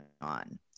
on